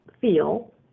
feel